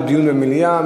דיון במליאה.